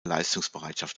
leistungsbereitschaft